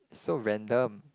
so random